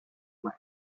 miles